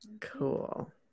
Cool